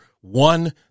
one